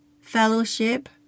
fellowship